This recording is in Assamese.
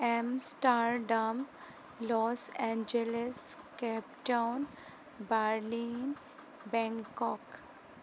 Amsterdam Los Angeles Cape Town Berlin Bangkok